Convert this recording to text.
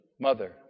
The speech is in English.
Mother